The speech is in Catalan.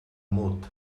mut